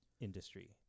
industry